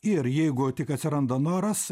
ir jeigu tik atsiranda noras